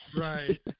Right